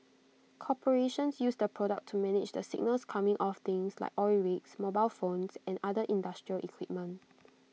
corporations use the product to manage the signals coming off things like oil rigs mobile phones and other industrial equipment